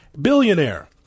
billionaire